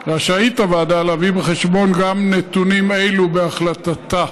רשאית הוועדה להביא בחשבון גם נתונים אלה בהחלטתה.